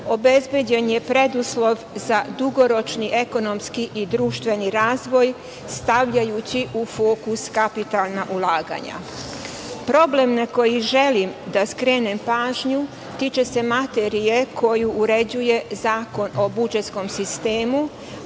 obezbeđen je preduslov za dugoročni ekonomski i društveni razvoj, stavljajući u fokus kapitalna ulaganja. Problem na koji želim da skrenem pažnju tiče se materije koju uređuje Zakon o budžetskom sistemu,